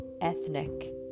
ethnic